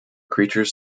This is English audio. creatures